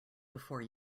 before